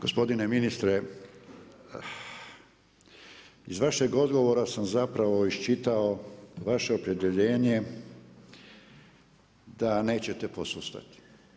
Gospodine ministre, iz vašeg odgovora sam zapravo iščitao vaše opredjeljenje da nećete posustati.